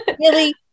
really-